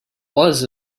was